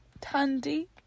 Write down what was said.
Tandy